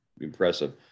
impressive